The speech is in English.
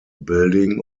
building